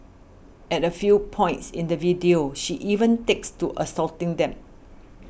at a few points in the video she even takes to assaulting them